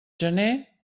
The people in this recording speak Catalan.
gener